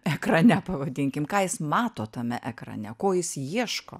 ekrane pavadinkim ką jis mato tame ekrane ko jis ieško